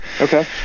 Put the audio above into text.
Okay